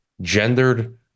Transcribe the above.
gendered